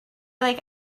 like